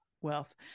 wealth